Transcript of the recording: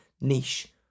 niche